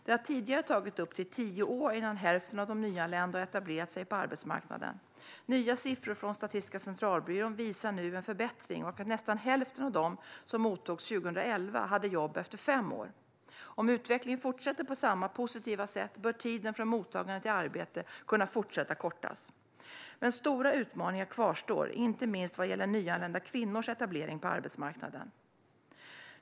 Det har tidigare tagit upp till tio år innan hälften av de nyanlända har etablerat sig på arbetsmarknaden. Nya siffror från Statistiska centralbyrån visar nu en förbättring och att nästan hälften av dem som mottogs 2011 hade jobb efter fem år. Om utvecklingen fortsätter på samma positiva sätt bör tiden från mottagande till arbete kunna fortsätta kortas. Men stora utmaningar kvarstår, inte minst vad gäller nyanlända kvinnors etablering på arbetsmarknaden.